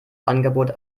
angebot